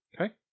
Okay